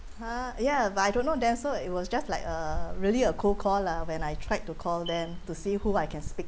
!huh! ya but I don't know them so it was just like a really a cold call lah when I tried to call them to see who I can speak